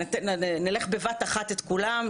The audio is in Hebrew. נלך בבת אחת את כולם?